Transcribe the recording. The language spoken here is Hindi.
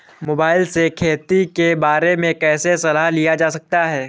मोबाइल से खेती के बारे कैसे सलाह लिया जा सकता है?